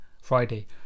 Friday